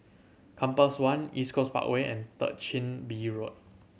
Compass One East Coast Parkway and Third Chin Bee Road